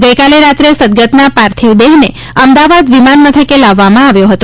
ગઇકાલે રાત્રે સદગતના પાર્થિવ દેહને અમદાવાદ વિમાન મથકે લાવવામાં આવ્યો હતો